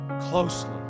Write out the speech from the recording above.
closely